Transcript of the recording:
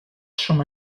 trwm